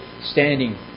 standing